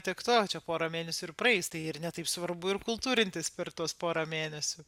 tiek to čia porą mėnesių ir praeis tai ir ne taip svarbu ir kultūrintis per tuos porą mėnesių